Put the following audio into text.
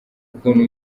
ukuntu